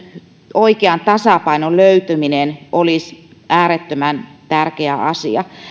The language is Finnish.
oikean tasapainon löytyminen olisi äärettömän tärkeä asia